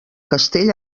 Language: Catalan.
castell